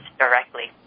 directly